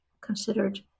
considered